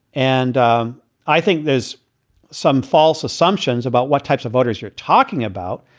and um i think there's some false assumptions about what types of voters you're talking about.